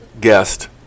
guest